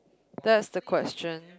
that's the question